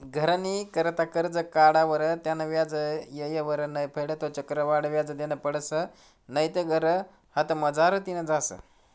घरनी करता करजं काढावर त्यानं व्याज येयवर नै फेडं ते चक्रवाढ व्याज देनं पडसं नैते घर हातमझारतीन जास